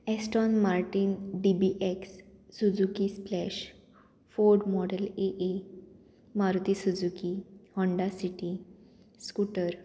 Ashton Martin D B X Suzuki Splash Ford model A A Maruti Suzuki Honda City scooter